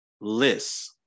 list